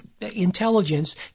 intelligence